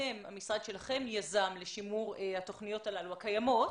יזם המשרד שלכם לשימור התוכניות הקיימות